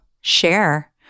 share